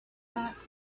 that